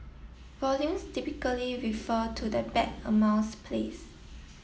volumes typically refer to the bet amounts place